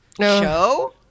show